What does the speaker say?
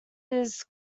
his